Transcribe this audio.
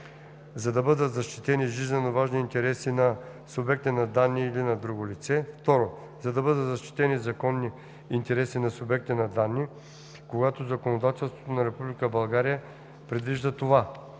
за да бъдат защитени жизненоважни интереси на субекта на данни или на друго лице; 2. за да бъдат защитени законни интереси на субекта на данни, когато законодателството на Република